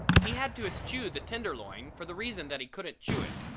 he had to eschew the tenderloin for the reason that he couldn't chew it,